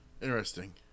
Interesting